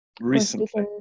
recently